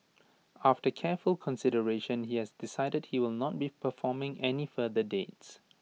after careful consideration he has decided he will not be performing any further dates